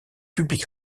public